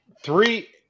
three